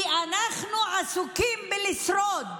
כי אנחנו עסוקים בלשרוד.